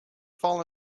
fall